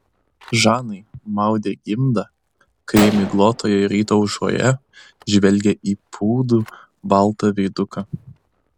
žanai maudė gimdą kai miglotoje ryto aušroje žvelgė į pūdų baltą veiduką